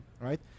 right